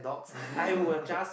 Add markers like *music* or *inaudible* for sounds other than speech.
*laughs*